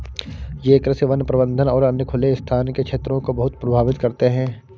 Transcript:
ये कृषि, वन प्रबंधन और अन्य खुले स्थान के क्षेत्रों को बहुत प्रभावित करते हैं